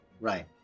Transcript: Right